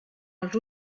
els